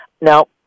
Now